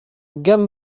gamme